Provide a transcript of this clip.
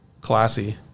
classy